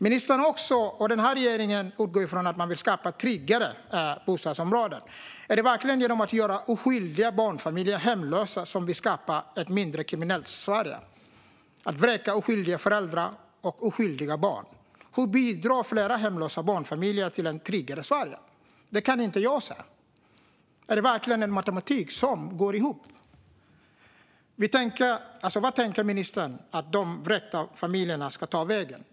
Ministerns och regeringens utgångspunkt är att man vill skapa tryggare bostadsområden. Men görs det verkligen genom att man vräker oskyldiga föräldrar och oskyldiga barn och gör oskyldiga barnfamiljer hemlösa? Hur bidrar fler hemlösa barnfamiljer till ett tryggare Sverige? Det kan inte jag säga. Är det verkligen en matematik som går ihop? Vart tänker ministern att de vräkta familjerna ska ta vägen?